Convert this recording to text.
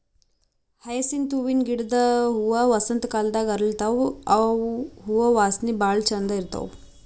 hyacinth ಹೂವಿನ ಗಿಡದ್ ಹೂವಾ ವಸಂತ್ ಕಾಲದಾಗ್ ಅರಳತಾವ್ ಇವ್ ಹೂವಾ ವಾಸನಿ ಭಾಳ್ ಛಂದ್ ಇರ್ತದ್